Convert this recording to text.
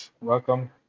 Welcome